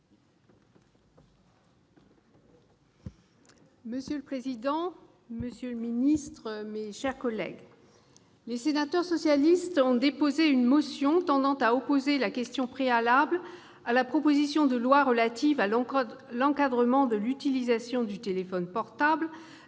Monsieur le président, monsieur le ministre, mes chers collègues, les sénateurs socialistes ont déposé une motion tendant à opposer la question préalable à la proposition de loi relative à l'encadrement de l'utilisation du téléphone portable